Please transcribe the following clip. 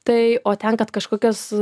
tai o ten kad kažkokios